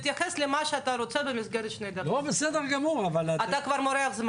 לכן המועצות הדתיות חזרו